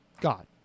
god